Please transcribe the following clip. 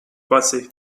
pacé